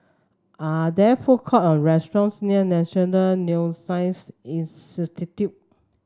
are there food courts or restaurants near National Neuroscience Institute